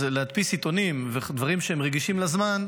אז להדפיס עיתונים ודברים שרגישים לזמן,